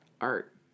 art